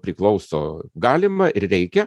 priklauso galima ir reikia